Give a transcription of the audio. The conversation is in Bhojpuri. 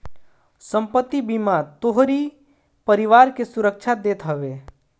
संपत्ति बीमा तोहरी परिवार के सुरक्षा देत हवे